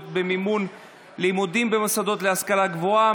במימון לימודים במוסדות להשכלה גבוהה,